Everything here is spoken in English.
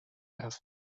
have